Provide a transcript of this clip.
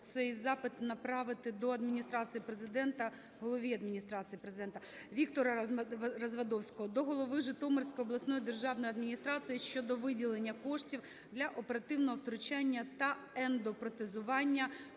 Президента, голові Адміністрації Президента. Віктора Развадовського до голови Житомирської обласної державної адміністрації щодо виділення коштів для оперативного втручання та ендопротезування